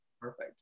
Perfect